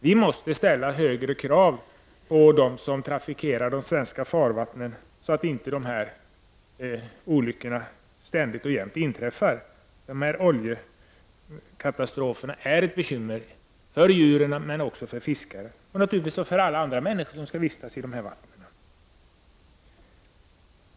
Vi måste ställa högre krav på dem som trafikerar de svenska farvattnen, så att inte sådana olyckor ständigt och jämt inträffar. Oljekatastroferna är ett bekymmer för djuren men också för fiskarna och för alla andra människor som skall vistas i de här vattnen.